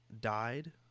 died